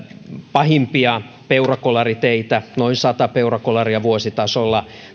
pahimpia peurakolariteitä tällä tienpätkällä tapahtuu noin sata peurakolaria vuositasolla